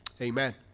amen